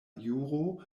juro